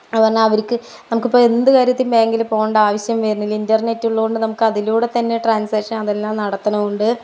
അതു പറഞ്ഞാൽ അവർക്ക് നമുക്കിപ്പോൾ എന്ത് കാര്യത്തിനും ബാങ്കിൽ പോകേണ്ട ആവശ്യം വരുന്നില്ല ഇൻറ്റർനെറ്റ് ഉള്ളതുകൊണ്ട് നമുക്ക് അതിലൂടെത്തന്നെ ട്രാൻസാക്ഷൻ അതെല്ലാം നടത്തുന്നതു കൊണ്ട്